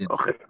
Okay